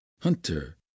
Hunter